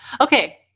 okay